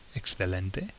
excelente